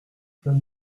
plein